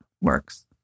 works